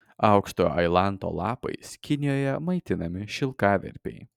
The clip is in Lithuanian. aukštojo ailanto lapais kinijoje maitinami šilkaverpiai